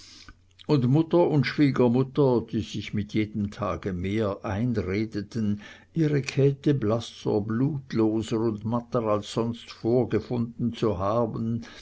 und mutter und schwiegermutter die sich mit jedem tage mehr einredeten ihre käthe blasser blutloser und matter als sonst vorgefunden zu haben